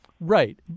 Right